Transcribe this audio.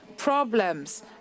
Problems